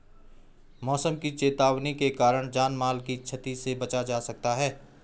मौसम की चेतावनी के कारण जान माल की छती से बचा जा सकता है